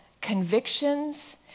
convictions